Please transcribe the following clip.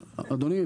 אדוני,